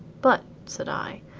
but, said i,